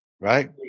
Right